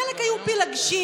חלק היו פילגשים,